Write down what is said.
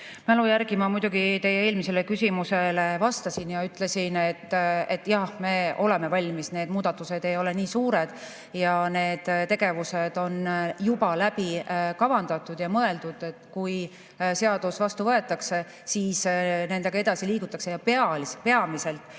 mäletan], siis ma teie eelmisele küsimusele vastasin ja ütlesin, et jah, me oleme valmis. Need muudatused ei ole nii suured ja need tegevused on juba läbi kavandatud ja mõeldud, et kui seadus vastu võetakse, kuidas nendega edasi liigutakse. Peamiselt